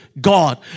God